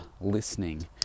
listening